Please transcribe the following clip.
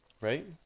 right